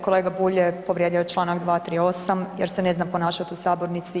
Kolega Bulj je povrijedio članak 238. jer se ne zna ponašati u sabornici.